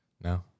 No